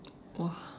!wah!